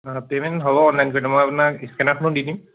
অঁ পে'মেন্ট হ'ব অনলাইন কৰি দিয়ক মই আপোনাক স্কেনাৰখনো দি দিম